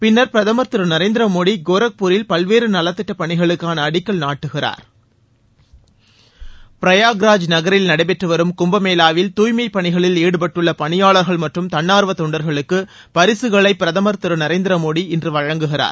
பின்னர் பிரதமர் திரு நரேந்திரமோடி கோரக்பூரில் பல்வேறு நலத்திட்டப் பணிகளுக்கான அடிக்கல் நாட்டுகிறார் பிராயாக்ராஜ் நகரில் நடைபெற்றுவரும் கும்பமேளாவில் தூய்மைப் பணிகளில் ஈடுபட்டுள்ள பணியாளர்கள் மற்றும் தன்னார்வ தொண்டர்களுக்கு பரிசுகளை பிரதமர் திரு நரேந்திரமோடி இன்று வழங்குகிறார்